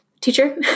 teacher